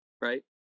Right